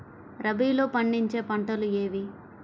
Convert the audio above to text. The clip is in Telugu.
రబీలో పండించే పంటలు ఏవి?